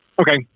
Okay